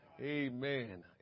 Amen